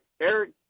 Eric